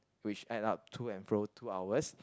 which add up to and fro two hours